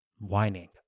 whining